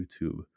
youtube